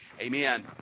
Amen